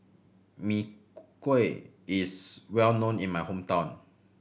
Mee Kuah is well known in my hometown